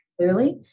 Clearly